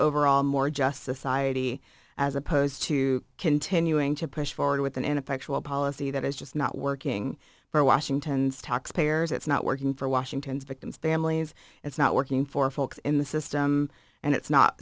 overall more just society as opposed to continuing to push forward with an ineffectual policy that is just not working for washington's taxpayers it's not working for washington's victims families it's not working for folks in the system and it's not